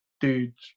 dudes